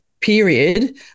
period